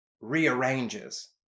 rearranges